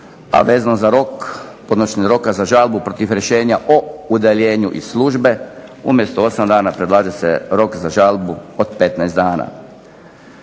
a vezano za rok podnošenja roka za žalbu protiv rješenja o udaljenju iz službe. Umjesto 8 dana predlaže se rok za žalbu od 15 dana.